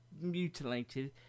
mutilated